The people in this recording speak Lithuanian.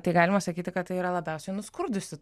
tai galima sakyti kad tai yra labiausiai nuskurdusi